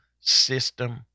system